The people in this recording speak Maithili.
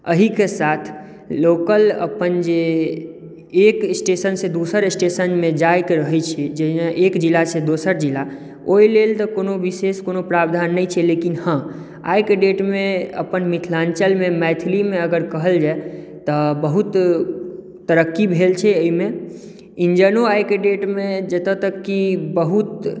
एहिके साथ लोकल अपन जे एक स्टेशनसँ दोसर स्टेशन जायके रहैत छै जाहिमे एक जिलासँ दोसर जिला ओहि लेल तऽ कोनो विशेष कोनो प्रावधान नहि छै लेकिन हँ आइके डेटमे अपन मिथिलाञ्चलमे मैथिलीमे अगर कहल जाय तऽ बहुत तरक्की भेल छै एहिमे इन्जनो आइके डेटमे जतय तक कि बहुत